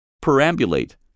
perambulate